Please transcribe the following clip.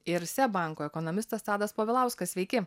ir seb banko ekonomistas tadas povilauskas sveiki